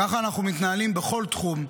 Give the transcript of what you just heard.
ככה אנחנו מתנהלים בכל תחום,